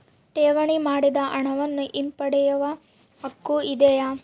ಠೇವಣಿ ಮಾಡಿದ ಹಣವನ್ನು ಹಿಂಪಡೆಯವ ಹಕ್ಕು ಇದೆಯಾ?